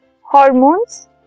hormones